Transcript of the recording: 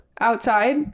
outside